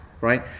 right